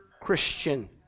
Christian